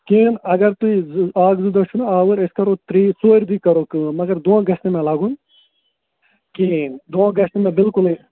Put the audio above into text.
کِہیٖنٛۍ اگر تُہۍ زٕ اَکھ زٕ دۄہ چھُنہٕ آوُر أسۍ کَرو ترٛیہِ ژورِ دۅہۍ کَرو کٲم مگر دھوکہٕ گژھِ نہٕ مےٚ لَگُن کِہیٖنٛۍ دھوکہٕ گژھِ نہٕ مےٚ بِلکُلٕے